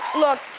look,